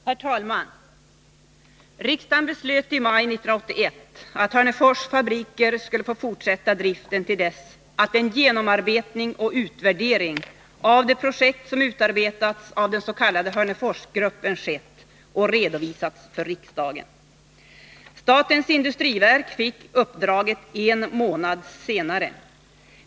Herr talman! Riksdagen beslöt i maj 1981 att Hörnefors fabriker skulle få fortsätta driften till dess att en genomarbetning och utvärdering av det projekt som utarbetats av den s.k. Hörneforsgruppen skett och redovisats för riksdagen. Statens industriverk fick uppdraget en månad senare.